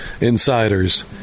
Insiders